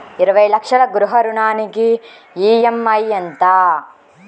ఇరవై లక్షల గృహ రుణానికి ఈ.ఎం.ఐ ఎంత?